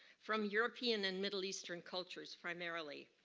from european and middle eastern cultures primarily.